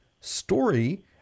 story